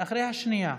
אחרי השנייה.